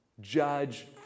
Judge